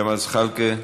ג'מאל זחאלקה,